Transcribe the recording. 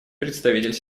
представитель